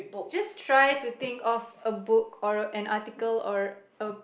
just try to think of a book or an article or a